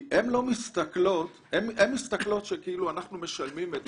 כי הן מסתכלות שכאילו אנחנו משלמים את